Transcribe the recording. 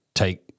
take